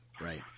Right